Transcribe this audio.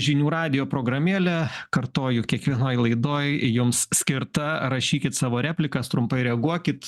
žinių radijo programėlę kartoju kiekvienoj laidoj jums skirta rašykit savo replikas trumpai reaguokit